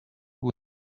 would